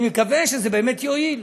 אני מקווה שזה באמת יועיל.